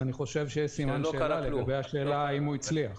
אני חושב שיש סימן שאלה לגבי השאלה האם הוא הצליח.